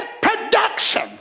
production